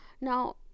Now